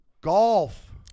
golf